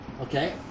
okay